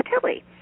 Tilly